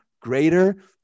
greater